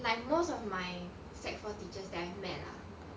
like most of my sec four teachers that I met lah